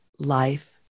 Life